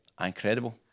Incredible